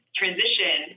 transition